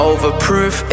Overproof